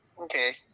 Okay